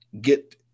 get